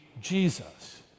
Jesus